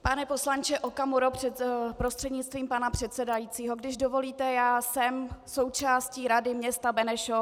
Pane poslanče Okamuro prostřednictvím pana předsedajícího, když dovolíte, já jsem součástí Rady města Benešov.